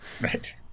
Right